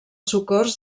socors